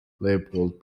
leopold